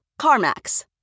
CarMax